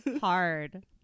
hard